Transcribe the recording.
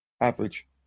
average